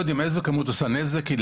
איזו כמות של אלכוהול עושה נזק.